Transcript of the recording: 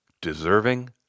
Deserving